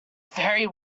very